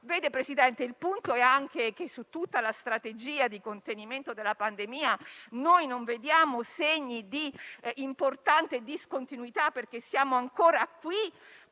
Vede, presidente Draghi, il punto è anche che, su tutta la strategia di contenimento della pandemia, non vediamo segni di importante discontinuità, perché siamo ancora qui